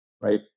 right